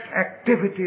activity